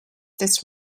this